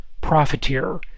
profiteer